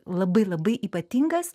labai labai ypatingas